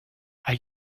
are